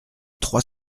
trois